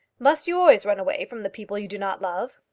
must you always run away from the people you do not love?